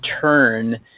turn